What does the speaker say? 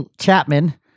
Chapman